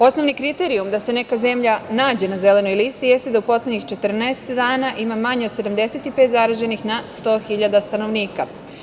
Osnovni kriterijum da se neka zemlja nađe na zelenoj listi jeste da u poslednjih 14 dana ima manje od 75 zaraženih na 100 hiljada stanovnika.